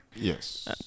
Yes